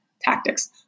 tactics